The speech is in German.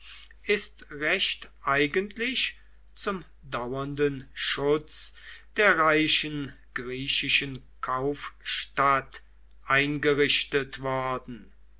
ist recht eigentlich zum dauernden schutz der reichen griechischen kaufstadt eingerichtet worden